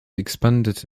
expanded